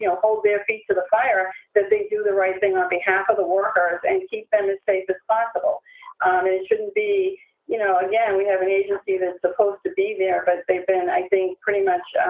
you know hold their feet to the fire that they do the right thing on behalf of the workers and keep them as safe as possible. and um it shouldn't be you know, again, we have an agency that's supposed to be there, but they've been, i think, pretty much,